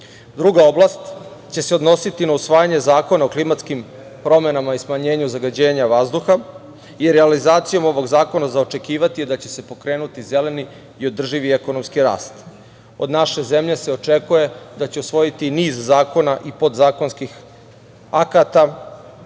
oblast će se odnositi na usvajanje zakona o klimatskim promenama i smanjenju zagađenja vazduha i realizacijom ovog zakona, za očekivati da će se pokrenuti zeleni i održivi ekonomski rast. Od naše zemlje se očekuje da će usvojiti niz zakona i podzakonskih akata,